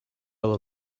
will